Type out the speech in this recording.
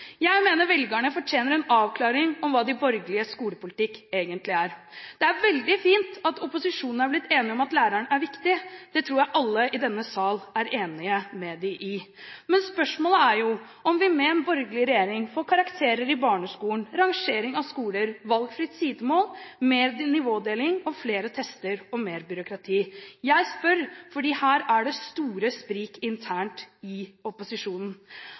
Jeg mener velgerne fortjener en avklaring om hva de borgerliges skolepolitikk egentlig er. Det er veldig fint at opposisjonen er blitt enige om at læreren er viktig – det tror jeg alle i denne salen er enig med dem i. Men spørsmålet er jo om vi med en borgerlig regjering får karakterer i barneskolen, rangering av skoler, valgfritt sidemål, mer nivådeling og flere tester og mer byråkrati? Jeg spør, fordi her er det store sprik internt i opposisjonen.